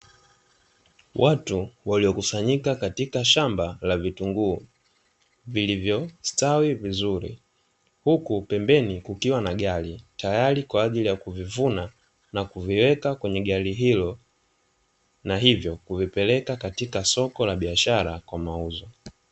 Watu waliokusanyika katika shamba la vitunguu vilivyo stawi vizuri huku pembeni kukiwa na gari tayari kwa ajili ya kuvivuna na kuviweka kwenye gari hilo, na hivyo kuvipeleke katika soko la biashara kwa ajili kwa mauzo.